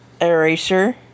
Eraser